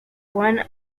one